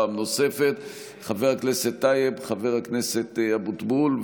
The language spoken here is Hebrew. חבר הכנסת טייב, חבר הכנסת אבוטבול.